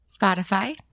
Spotify